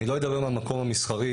אני לא אדבר מהמקום המסחרי,